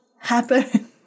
happen